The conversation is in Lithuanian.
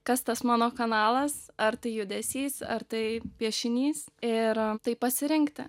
kas tas mano kanalas ar tai judesys ar tai piešinys ir taip pasirinkti